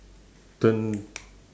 turn